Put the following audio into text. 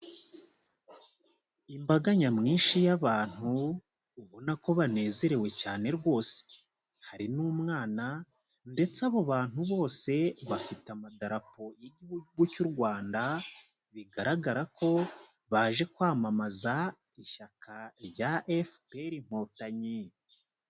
Imbaga nyamwinshi y'abantu, ubona ko banezerewe cyane rwose, hari n'umwana, ndetse abo bantu bose bafite amadarapo y'igihugu cy'u Rwanda, bigaragara ko baje kwamamaza ishyaka rya FPR inkotanyi.